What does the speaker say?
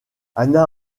anna